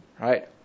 right